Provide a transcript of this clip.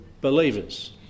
believers